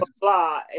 blah